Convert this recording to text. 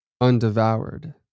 undevoured